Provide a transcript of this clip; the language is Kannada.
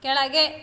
ಕೆಳಗೆ